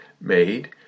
made